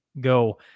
go